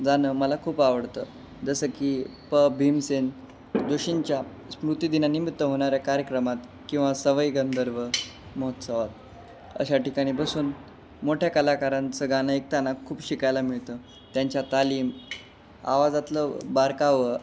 जाणं मला खूप आवडतं जसं की प भीमसेन जोशींच्या स्मृती दिनानिमित्त होणाऱ्या कार्यक्रमात किंवा सवाई गंधर्व महोत्सवात अशा ठिकाणी बसून मोठ्या कलाकारांचं गाणं ऐकताना खूप शिकायला मिळतं त्यांच्या तालीम आवाजातलं बारकावे